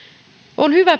on hyvä